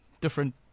different